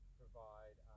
provide